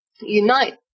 unite